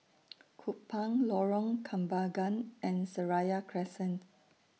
Kupang Lorong Kembagan and Seraya Crescent